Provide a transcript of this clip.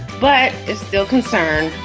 but is still concerned.